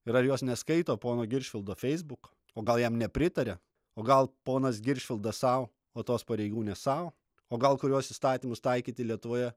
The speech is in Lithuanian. ir ar jos neskaito pono giršvildo feisbuko o gal jam nepritaria o gal ponas giršvildas sau o tos pareigūnės sau o gal kuriuos įstatymus taikyti lietuvoje